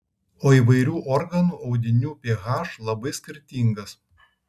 o įvairių organų audinių ph labai skirtingas